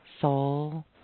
Soul